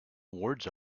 words